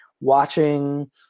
watching